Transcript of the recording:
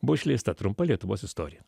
buvo išleista trumpa lietuvos istorija